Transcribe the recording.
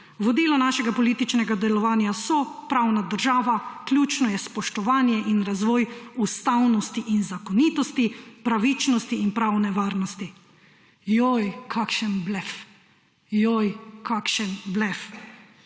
»Vodilo našega političnega delovanja so pravna država, ključno je spoštovanje in razvoj ustavnosti in zakonitosti, pravičnosti in pravne varnosti.«, joj kakšen blef, joj kakšen blef.